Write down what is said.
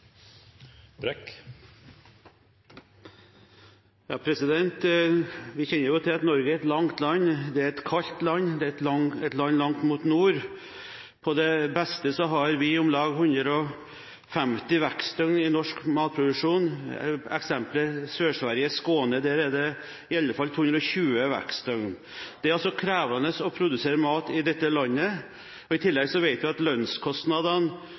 et langt land. Det er et kaldt land – det er et land langt mot nord. På det beste har vi om lag 150 vekstdøgn i norsk matproduksjon. Eksempelvis er det i Sør-Sverige, i Skåne, iallfall 220 vekstdøgn. Det er altså krevende å produsere mat i dette landet. I tillegg vet vi at sammenlignet med Sverige er lønnskostnadene